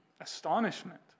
astonishment